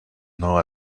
know